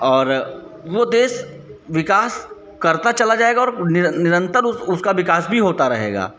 और वह देश विकास करता चला जाएगा और निर निरंतर उसका विकास भी होता रहेगा